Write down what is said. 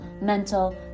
mental